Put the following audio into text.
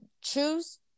choose